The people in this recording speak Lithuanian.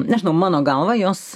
nežinau mano galva jos